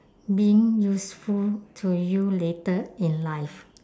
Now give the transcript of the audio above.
being useful to you later in life